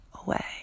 away